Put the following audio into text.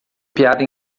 piada